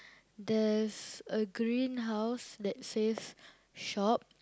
there's a green house that says shop